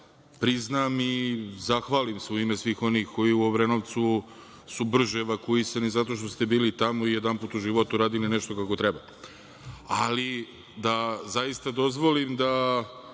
da priznam i zahvalim se u ime svih onih koji su u Obrenovcu brže evakuisani, zato što ste bili tamo i jedanput u životu uradili nešto kako treba, ali da zaista dozvolim da